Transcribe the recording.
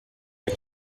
pas